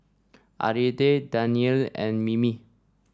Aida Danielle and Mimi